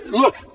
look